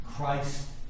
Christ